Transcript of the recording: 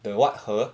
the what 河